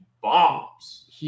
bombs